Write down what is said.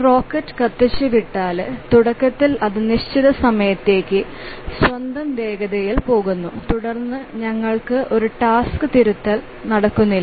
rocket കത്തിച്ചുവിട്ടാല് തുടക്കത്തിൽ അത് നിശ്ചിത സമയത്തേക്ക് സ്വന്തം വേഗതയിൽ പോകുന്നു തുടർന്ന് ഞങ്ങൾക്ക് ഒരു ടാസ്ക് തിരുത്തൽ നടക്കുന്നില്ല